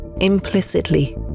implicitly